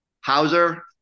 Hauser